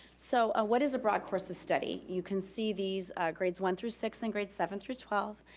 so, ah what is a broad course of study? you can see these grades, one through six and grades seven through twelve,